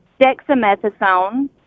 dexamethasone